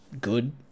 good